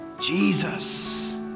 Jesus